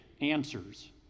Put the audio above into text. answers